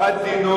אחת דינו,